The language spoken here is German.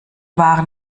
waren